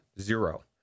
zero